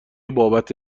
بابت